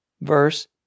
verse